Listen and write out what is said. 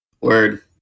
word